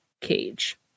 cage